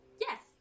Yes